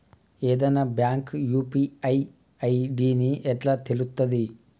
ఏదైనా bank UPI ID ఎట్లా తెలుత్తది?